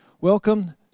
Welcome